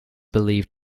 believed